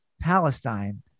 Palestine